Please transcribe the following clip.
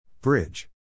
Bridge